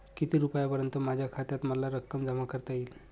किती रुपयांपर्यंत माझ्या खात्यात मला रक्कम जमा करता येईल?